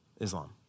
Islam